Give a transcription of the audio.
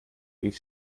rief